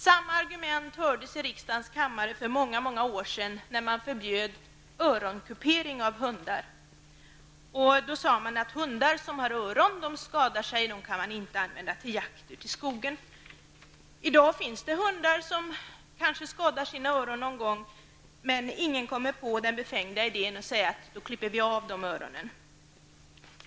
Samma argument hördes i riksdagens kammare för många många år sedan när man förbjöd öronkupering av hundar. Då sade man att hundar som har öron skadar sig och att sådana hundar inte kan användas till jakt ute i skogen. I dag finns det hundar som kanske skadar sina öron någon gång, men ingen kommer på den befängda idén att säga att vi skall klippa av dem öronen.